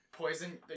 Poison